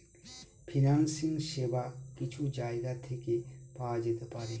financing সেবা কিছু জায়গা থেকে পাওয়া যেতে পারে